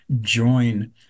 join